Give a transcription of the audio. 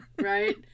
right